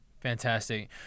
Fantastic